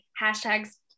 hashtag's